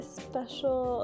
special